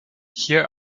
here